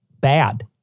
bad